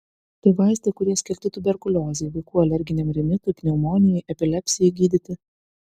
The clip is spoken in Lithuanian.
tai vaistai kurie skirti tuberkuliozei vaikų alerginiam rinitui pneumonijai epilepsijai gydyti